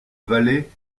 valet